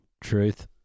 Truth